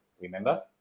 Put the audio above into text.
remember